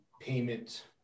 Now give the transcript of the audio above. payment